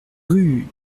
rue